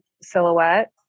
silhouette